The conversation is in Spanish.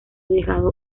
dejado